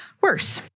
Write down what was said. worse